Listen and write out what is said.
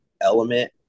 element